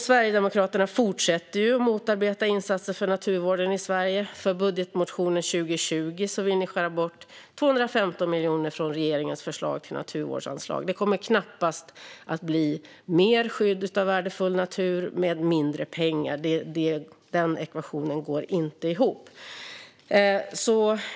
Sverigedemokraterna fortsätter också att motarbeta insatser för naturvården i Sverige. I er budgetmotion för 2020 vill ni skära bort 215 miljoner från regeringens förslag till naturvårdsanslag. Det kommer knappast att bli mer skydd av värdefull natur med mindre pengar. Den ekvationen går inte ihop.